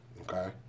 okay